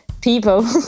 people